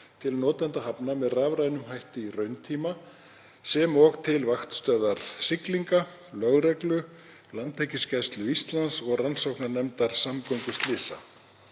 til notenda hafna með rafrænum hætti í rauntíma sem og til vaktstöðvar siglinga, lögreglu, Landhelgisgæslu Íslands og rannsóknarnefndar samgönguslysa.